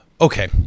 Okay